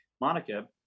Monica